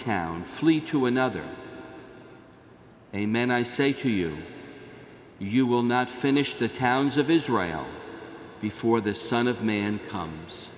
town flee to another amen i say to you you will not finish the towns of israel before the son of man comes